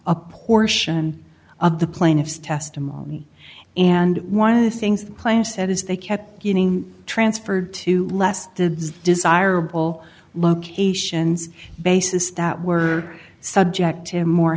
a portion of the plaintiff's testimony and one of the things players said is they kept getting transferred to less desirable locations basis that were subject to more